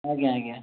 ଆଜ୍ଞା ଆଜ୍ଞ